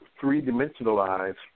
three-dimensionalize